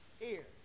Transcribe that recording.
ear